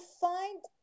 find